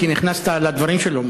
כי נכנסת לדברים שלו,